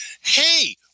hey